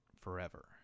forever